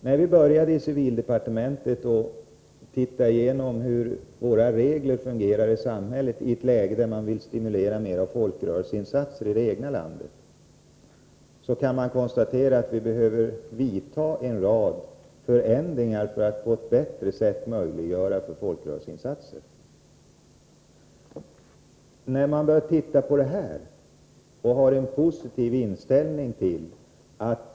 När vi i civildepartementet skulle se på hur reglerna fungerar i samhället när det gäller att stimulera till fler folkrörelseinsatser i det egna landet, kunde vi konstatera att vi behöver vidta en rad förändringar för att på ett bättre sätt möjliggöra folkrörelseinsatser. Vi har en positiv inställning till u-landsarbete.